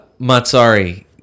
Matsari